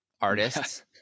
artists